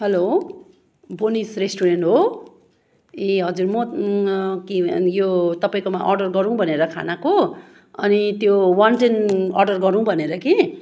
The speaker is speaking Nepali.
हेलो बोनिस रेस्टुरेन्ट हो ए हजुर म यो तपाईँकोमा अर्डर गरौँ भनेर खानाको अनि त्यो वान टेन अर्डर गरौँ भनेर कि